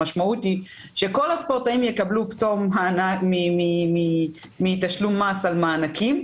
המשמעות היא שכל הספורטאים יקבלו פטור מתשלום מס על מענקים,